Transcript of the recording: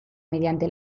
mediante